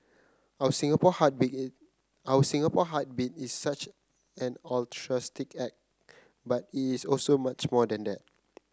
our Singapore Heartbeat is our Singapore Heartbeat is such altruistic act but it is also much more than that